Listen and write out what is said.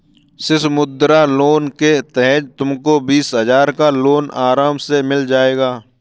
शिशु मुद्रा लोन के तहत तुमको बीस हजार का लोन आराम से मिल जाएगा